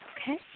Okay